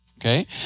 Okay